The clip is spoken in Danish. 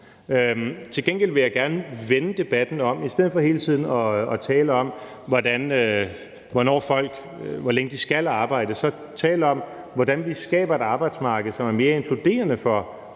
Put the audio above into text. Til gengæld vil jeg gerne vende debatten om. I stedet for hele tiden at tale om, hvor længe folk skal arbejde, bør vi tale om, hvordan vi skaber et arbejdsmarked, som er mere inkluderende over